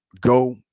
go